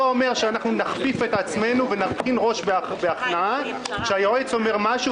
אומר שנכפיף את עצמנו ונרכין ראש בהכנעה כשהיועץ אומר משהו